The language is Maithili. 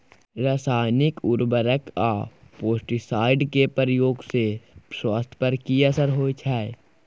रसायनिक उर्वरक आ पेस्टिसाइड के प्रयोग से स्वास्थ्य पर कि असर होए छै?